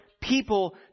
people